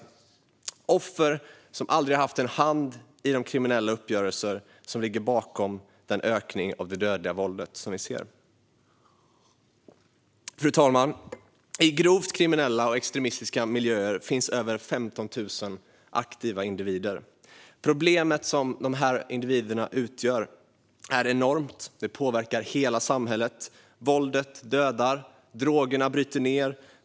Dessa är offer som aldrig har haft en hand i de kriminella uppgörelser som ligger bakom den ökning av det dödliga våldet som vi ser. Fru talman! I grovt kriminella och extremistiska miljöer finns över 15 000 aktiva individer. Det problem som dessa individer utgör är enormt, och det påverkar hela samhället. Våldet dödar. Drogerna bryter ned.